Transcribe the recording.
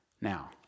Now